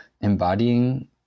embodying